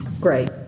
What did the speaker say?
Great